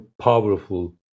powerful